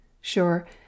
Sure